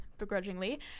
begrudgingly